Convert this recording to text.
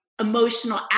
emotional